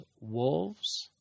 wolves